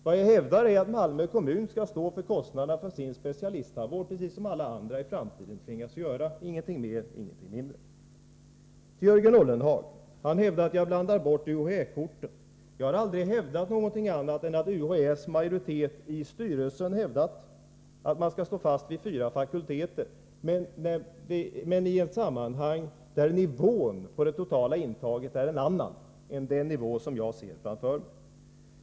Vad jag hävdar är att Malmö kommun skall stå för kostnaderna för sin specialisttandvård, precis som alla andra i framtiden tvingas göra. Ingenting mer, ingenting mindre. Jörgen Ullenhag påstår att jag blandar bort UHÄ-korten. Jag har aldrig påstått någonting annat än att UHÄ:s majoritet i styrelsen hävdat att man skall stå fast vid fyra fakulteter, men detta har skett i ett sammanhang där nivån på det totala intaget är en annan än den nivå som jag ser framför mig.